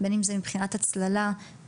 הצללה,